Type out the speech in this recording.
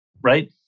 right